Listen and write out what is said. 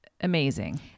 amazing